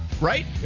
right